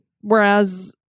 Whereas